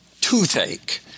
toothache